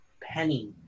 penny